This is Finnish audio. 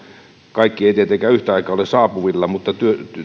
kaikki eivät tietenkään yhtä aikaa ole saapuvilla mutta